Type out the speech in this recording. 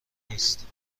نیست